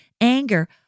anger